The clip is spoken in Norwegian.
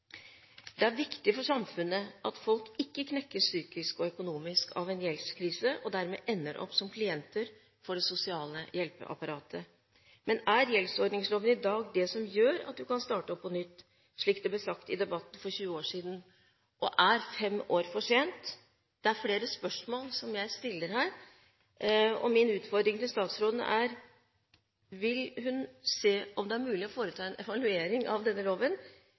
Det er viktig for samfunnet at folk ikke knekkes psykisk og økonomisk av en gjeldskrise og dermed ender opp som klienter i det sosiale hjelpeapparatet. Men er gjeldsordningsloven i dag det som gjør at man kan starte på nytt, slik det ble sagt i debatten for 20 år siden, og er fem år for sent? Det er flere spørsmål jeg stiller her. Min utfordring til statsråden er: Vil hun se om det er mulig å foreta en evaluering av denne loven?